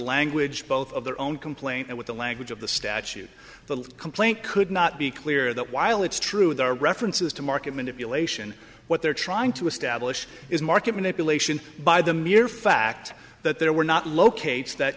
language both of their own complaint with the language of the statute the complaint could not be clear that while it's true there are references to market manipulation what they're trying to establish is market manipulation by the mere fact that there were not locates that